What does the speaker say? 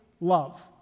love